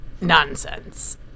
nonsense